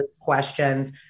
questions